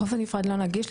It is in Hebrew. החוף הנפרד לא נגיש,